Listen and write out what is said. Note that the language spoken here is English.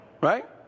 Right